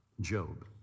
Job